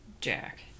Jack